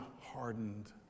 hardened